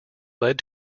led